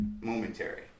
momentary